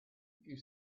you